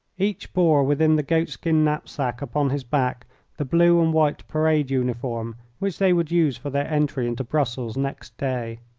each bore within the goatskin knapsack upon his back the blue and white parade uniform which they would use for their entry into brussels next day.